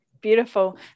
beautiful